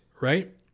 right